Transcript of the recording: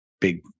big